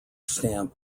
stamp